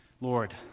Lord